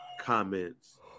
comments